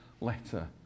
letter